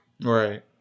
Right